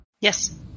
Yes